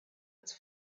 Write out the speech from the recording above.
its